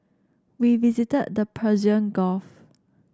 we visited the Persian Gulf